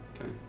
Okay